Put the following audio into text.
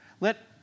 let